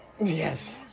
Yes